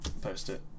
post-it